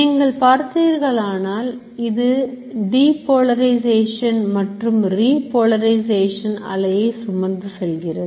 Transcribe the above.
நீங்கள் பார்த்தீர்களானால் இது depola rization மற்றும் repolarization அலையை சுமந்து செல்கிறது